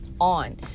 on